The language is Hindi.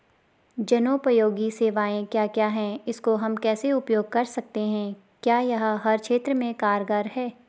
जनोपयोगी सेवाएं क्या क्या हैं इसको हम कैसे उपयोग कर सकते हैं क्या यह हर क्षेत्र में कारगर है?